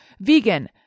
vegan